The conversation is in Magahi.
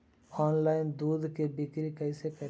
ऑनलाइन दुध के बिक्री कैसे करि?